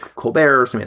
pallbearers,